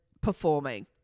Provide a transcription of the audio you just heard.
performing